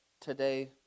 today